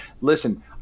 Listen